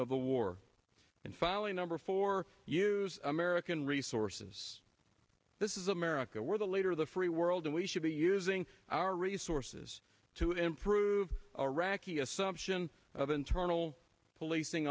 of the war and finally number four use american resources this is america we're the leader of the free world and we should be using our resources to improve our raqi assumption of internal policing